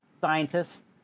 scientists